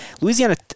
Louisiana